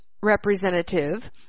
representative